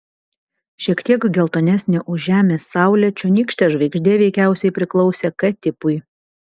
šiek tiek geltonesnė už žemės saulę čionykštė žvaigždė veikiausiai priklausė k tipui